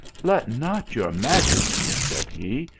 let not your majesty, said he,